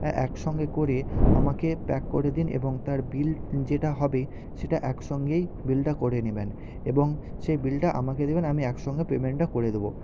একসঙ্গে করে আমাকে প্যাক করে দিন এবং তার বিল যেটা হবে সেটা একসঙ্গেই বিলটা করে নেবেন এবং সেই বিলটা আমাকে দেবেন আমি একসঙ্গে পেমেন্টটা করে দেবো